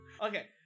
Okay